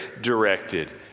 directed